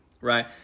right